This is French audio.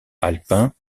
alpin